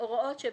בסדר.